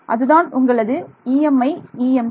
அதுதான் உங்களது EMI EMC